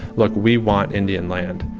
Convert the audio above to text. look, we want indian land,